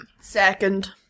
Second